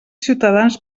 ciutadans